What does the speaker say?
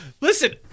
Listen